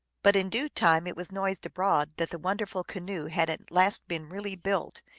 but in due time it was noised abroad that the wonderful canoe had at last been really built,